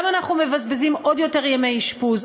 אנחנו גם מבזבזים עוד יותר ימי אשפוז,